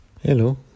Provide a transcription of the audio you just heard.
Hello